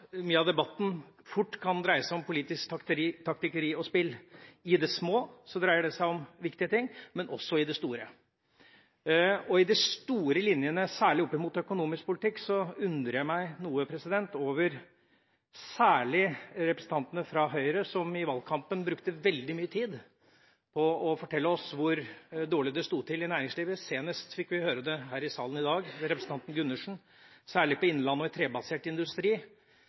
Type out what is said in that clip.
av debatten fort kan dreie seg om politisk taktikkeri og spill. I det små dreier det seg om viktige ting, men også i det store. I de store linjene, særlig opp mot økonomisk politikk, undrer jeg meg over særlig representantene fra Høyre, som i valgkampen brukte veldig mye tid på å fortelle oss hvor dårlig det sto til i næringslivet – senest fikk vi høre det her i salen i dag ved representanten Gundersen, særlig om innlandet og trebasert industri,